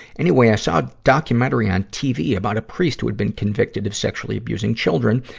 anyway, i saw a documentary on tv about a priest who had been convicted of sexually abusing children,